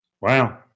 Wow